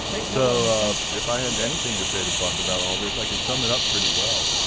so if i had anything to say to buck about all this, i could sum it up pretty well.